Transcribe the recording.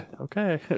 Okay